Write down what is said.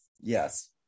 yes